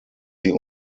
sie